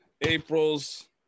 April's